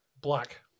Black